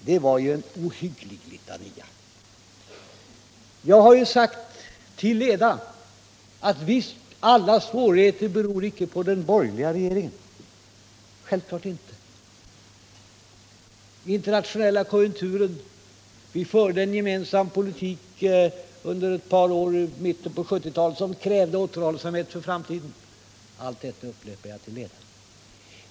Det var en ohygglig litania som herr Bohman kom med. Jag har till leda sagt att alla svårigheter självklart inte beror på den borgerliga regeringen, utan också på den internationella konjunkturen. Under ett par år i mitten på 1970-talet förde vi en gemensam politik med krav på återhållsamhet för framtiden. Det har jag också upprepat till leda.